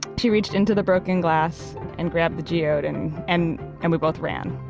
she reached into the broken glass and grabbed the geode, and and and we both ran.